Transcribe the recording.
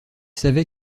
savaient